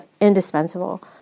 indispensable